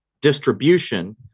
distribution